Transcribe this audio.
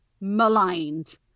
maligned